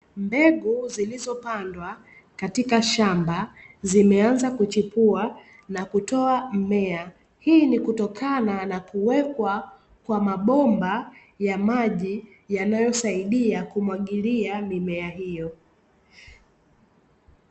Mbegu zilizopandwa katika shamba zimeanza kuchipua na kutoa mmea, hii ni kutokana na kuwekwa kwa mabomba ya maji yanayosaidia kumwagilia mimea hiyo.